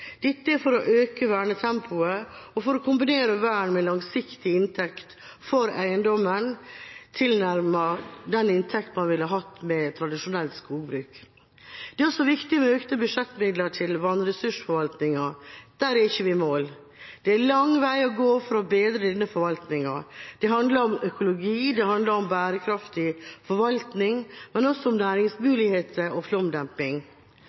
Dette er for å øke vernetempoet og for å kombinere vern med langsiktig inntekt for eiendommen tilnærmet den inntekta man ville hatt med tradisjonelt skogbruk. Det er også viktig med økte budsjettmidler til vannressursforvaltninga. Der er vi ikke i mål. Det er en lang vei å gå for å bedre denne forvaltninga. Det handler om økologi, det handler om bærekraftig forvaltning, men også om næringsmuligheter og flomdemping.